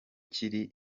kiri